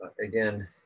again